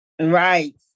Right